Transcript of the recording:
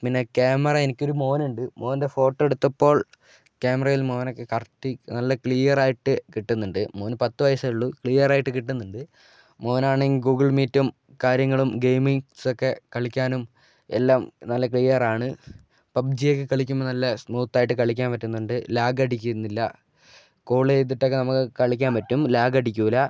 പിന്നെ ക്യാമറ എനിക്ക് ഒരു മകൻ ഉണ്ട് മകൻ്റെ ഫോട്ടോ എടുത്തപ്പോൾ ക്യാമറയിൽ മോനെ കറക്ട് നല്ല ക്ലിയർ ആയിട്ട് കിട്ടുന്നുണ്ട് മകന് പത്തു വയസ്സേ ഉള്ളൂ ക്ലിയർ ആയിട്ട് കിട്ടുന്നുണ്ട് മകനാണെങ്കിൽ ഗൂഗിൾ മീറ്റും കാര്യങ്ങളും ഗെയിംമിങ്ങ്സൊക്കെ കളിക്കാനും എല്ലാം നല്ല ക്ലിയർ ആണ് പബ്ജി ഒക്കെ കളിക്കുമ്പോൾ നല്ല സ്മൂത്തായിട്ട് കളിക്കാൻ പറ്റുന്നുണ്ട് ലാഗ് അടിക്കുന്നില്ല കോൾ ചെയ്തിട്ടൊക്കെ നമുക്ക് കളിക്കാൻ പറ്റും ലാഗ് അടിക്കില്ല